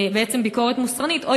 בעצם ביקורת מוסרנית,